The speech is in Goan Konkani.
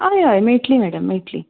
आं हय हय मेळटली मॅडम मेळटली